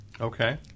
Okay